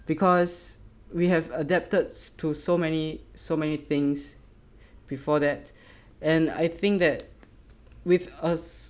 because we have adapted to so many so many things before that and I think that with us